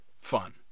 Fun